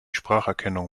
spracherkennung